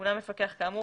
מונה מפקח כאמור,